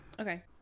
Okay